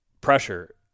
Pressure